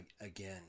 again